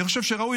אני חושב שראוי,